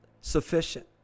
sufficient